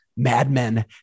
Madmen